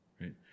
right